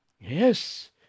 Yes